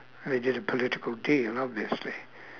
it's just a political deal obviously